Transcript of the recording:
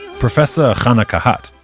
professor hannah kehat,